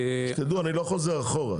שתדעו אני לא חוזר אחורה,